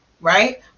right